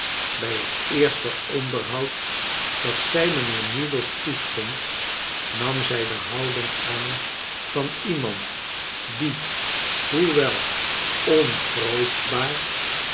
bij het eerste onderhoud dat zij mijnheer meagles toestond nam zij de houding aan van iemand die hoewel